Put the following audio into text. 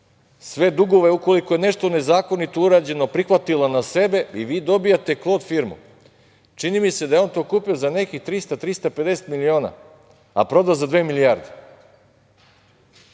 sve dugove, ukoliko je nešto nezakonito urađeno prihvatila na sebe i vi dobijate klot firmu. Čini mi se da je on to kupio za nekih 300, 350 miliona, a prodao za dve milijarde.